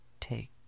take